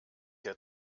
der